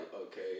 okay